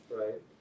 right